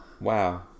Wow